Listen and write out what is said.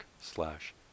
slash